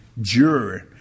jury